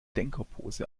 denkerpose